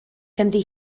ganddi